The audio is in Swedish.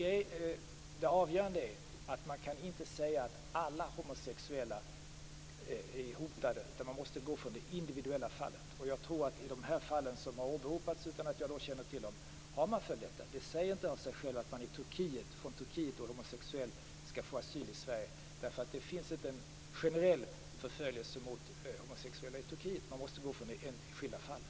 Det avgörande är att det inte går att säga att alla homosexuella är hotade. Man måste se till det individuella fallet. I de fall som har åberopats - utan att jag känner till dem - har man sett till det enskilda fallet. Det säger sig inte av sig självt att en homosexuell från Turkiet skall få asyl i Sverige. Det finns inte en generell förföljelse mot homosexuella i Turkiet. Man får se till det enskilda fallet.